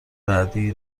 بعدیای